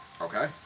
okay